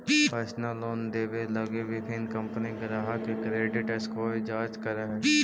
personal loan देवे लगी विभिन्न कंपनि ग्राहक के क्रेडिट स्कोर जांच करऽ हइ